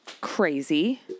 crazy